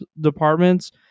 departments